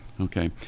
Okay